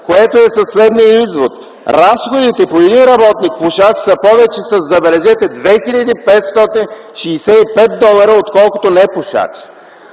което е със следния извод – разходите по един работник пушач са повече, забележете, с 2 хил. 565 долара, отколкото по непушач.